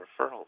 referrals